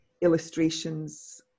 illustrations